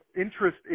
interest